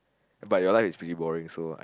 but your life is pretty boring so what